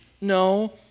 No